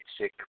sick